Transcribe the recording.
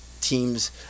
Teams